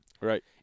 Right